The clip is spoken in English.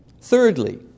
Thirdly